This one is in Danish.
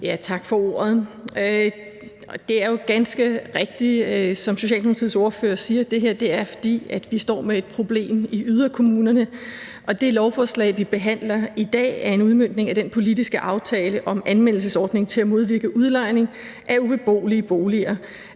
Tak for ordet. Det er jo ganske rigtigt, som Socialdemokratiets ordfører siger, at det her er, fordi vi står med et problem i yderkommunerne. Og det lovforslag, vi behandler i dag, er en udmøntning af den politiske aftale om anmeldelsesordning til at modvirke udlejning af ubeboelige boliger